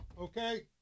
Okay